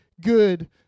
good